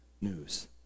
news